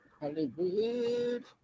Hollywood